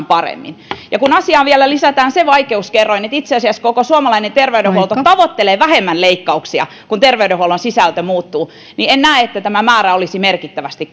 paremmin ja kun asiaan vielä lisätään se vaikeuskerroin että itse asiassa koko suomalainen terveydenhuolto tavoittelee vähemmän leikkauksia kun terveydenhuollon sisältö muuttuu niin en näe että tämä määrä olisi merkittävästi